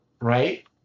right